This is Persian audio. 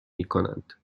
میکنند